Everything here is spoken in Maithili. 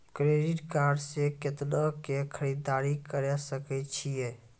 क्रेडिट कार्ड से कितना के खरीददारी करे सकय छियै?